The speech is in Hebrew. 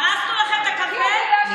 הרסנו לכם את הקמפיין?